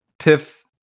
piff